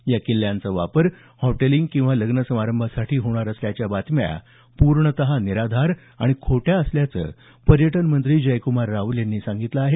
या किल्ल्यांचा वापर हॉटेलिंग किंवा लग्न समारंभासाठी होणार असल्याच्या बातम्या पूर्णत निराधार आणि खोट्या असल्याचं पर्यटन मंत्री जयक्रमार रावल यांनी म्हटलं आहे